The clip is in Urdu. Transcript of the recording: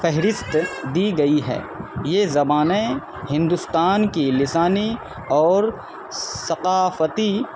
فہرست دی گئی ہے یہ زبانیں ہندوستان کی لسانی اور ثقافتی